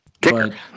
Kicker